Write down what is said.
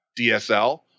DSL